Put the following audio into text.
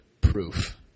Proof